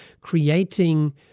creating